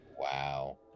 Wow